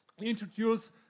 introduce